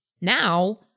now